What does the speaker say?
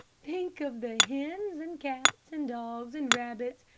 think of the hens, and cats, and dogs, and rabbits,